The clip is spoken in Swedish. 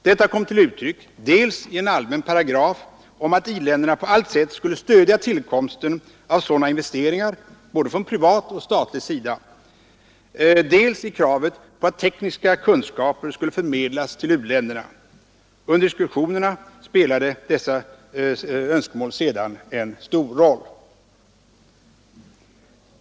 Detta kom till uttryck dels i en allmän paragraf om att i-länderna på allt sätt skulle stödja tillkomsten av sådana investeringar, både från privat och statlig sida, dels i kravet på att tekniska kunskaper skulle förmedlas till u-länderna. Under diskussionerna spelade sedan dessa önskemål en stor roll.